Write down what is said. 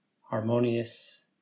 harmonious